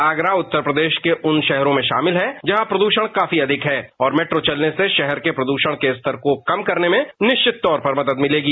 आगरा उत्तर प्रदेश के उन शहरों में शामिल है जहां प्रदूषण काफी अधिक है और मेट्रो चलने से शहर के प्रदूषण के स्तर को कम करने में निश्चित रूप से मदद मिलेगी